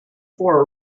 for